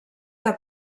que